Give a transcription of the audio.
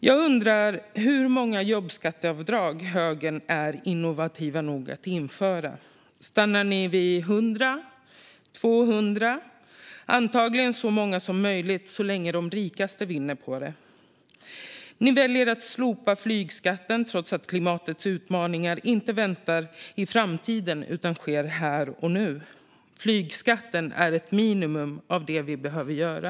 Jag undrar hur många jobbskatteavdrag högern är innovativ nog att införa. Stannar ni vid 100 eller 200? Antagligen blir det så många som möjligt så länge de rikaste vinner på det. Ni väljer att slopa flygskatten trots att klimatets utmaningar inte väntar i framtiden utan är här och nu. Flygskatten är ett minimum av det vi behöver göra.